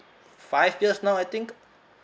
five years now I think